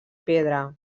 pedra